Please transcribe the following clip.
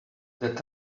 that